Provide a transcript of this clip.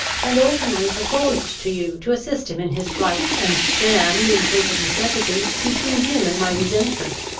and openly proposed to you to assist him in his flight, and stand, in case of necessity, between him and my resentment.